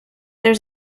there